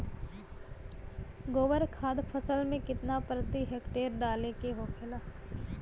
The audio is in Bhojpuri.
गोबर खाद फसल में कितना प्रति हेक्टेयर डाले के होखेला?